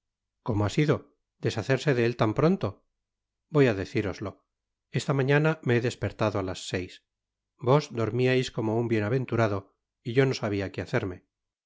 como ha sido deshacerse de él tan pronto voy á decíroslo esta mañana me he despertado á las seis vos dormíais como un bienaventurado y yo no sabia que hacerme